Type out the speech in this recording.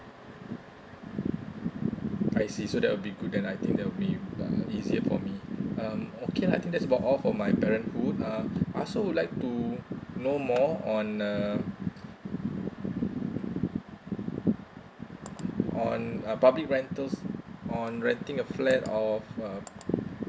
I see so that would be good and I think that will be uh easier for me um okay I think that's about all for my parenthood uh I also would like to know more on uh on uh public rentals on renting a flat of uh